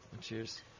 Cheers